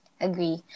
Agree